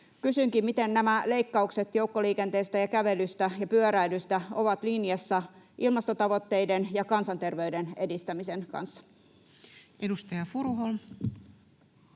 Kysynkin: miten nämä leikkaukset joukkoliikenteestä ja kävelystä ja pyöräilystä ovat linjassa ilmastotavoitteiden ja kansanterveyden edistämisen kanssa? [Speech